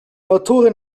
autorin